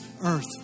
earth